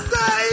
Say